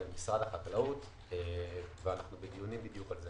משרד החקלאות ואנחנו בדיונים בדיוק על זה